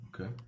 Okay